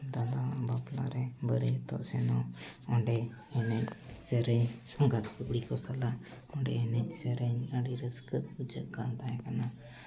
ᱫᱟᱫᱟᱣᱟᱜ ᱵᱟᱯᱞᱟ ᱨᱮ ᱵᱟᱹᱨᱭᱟᱹᱛᱚᱜ ᱥᱮᱱᱚᱜ ᱚᱸᱰᱮ ᱮᱱᱮᱡ ᱥᱮᱨᱮᱧ ᱥᱟᱸᱜᱟᱛ ᱠᱩᱲᱤ ᱠᱚ ᱥᱟᱞᱟᱜ ᱚᱸᱰᱮ ᱮᱱᱮᱡ ᱥᱮᱨᱮᱧ ᱟᱹᱰᱤ ᱨᱟᱹᱥᱠᱟᱹ ᱵᱩᱡᱷᱟᱹᱜ ᱠᱟᱱ ᱛᱟᱦᱮᱸ ᱠᱟᱱᱟ